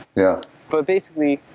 yeah but basically,